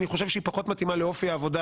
אני חושב שהיא פחות מתאימה לאופי העבודה